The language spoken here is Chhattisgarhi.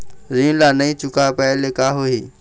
ऋण ला नई चुका पाय ले का होही?